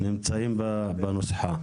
נמצאים בנוסחה?